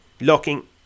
locking